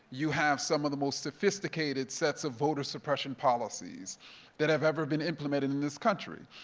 you have some of the most sophisticated sets of voter suppression policies that have ever been implemented in this country,